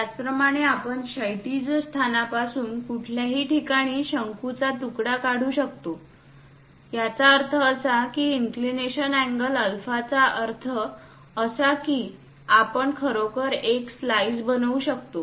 त्याचप्रमाणे आपण क्षैतिज स्थानापासून कुठल्याही ठिकाणी शंकूचा तुकडा काढू शकतो याचा अर्थ असा की इंक्लीनेशन अँगल अल्फाचा अर्थ असा की आपण खरोखर एक स्लाईस बनवू शकतो